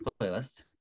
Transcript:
playlist